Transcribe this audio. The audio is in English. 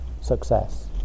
success